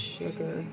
sugar